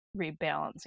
rebalancing